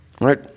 Right